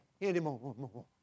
anymore